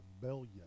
rebellion